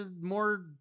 more